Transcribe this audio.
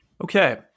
Okay